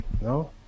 No